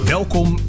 Welkom